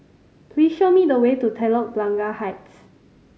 please show me the way to Telok Blangah Heights